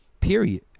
period